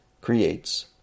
creates